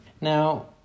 Now